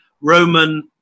Roman